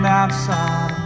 outside